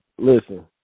Listen